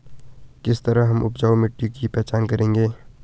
किस तरह हम उपजाऊ मिट्टी की पहचान करेंगे?